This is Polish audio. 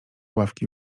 ławki